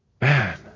man